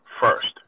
first